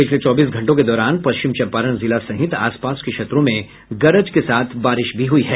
पिछले चौबीस घंटों के दौरान पश्चिम चंपारण जिला सहित आसपास के क्षेत्रों में गरज के साथ बारिश भी हुई है